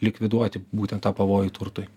likviduoti būtent tą pavojų turtui